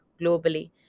globally